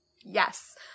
Yes